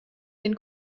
den